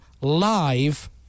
live